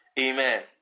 Amen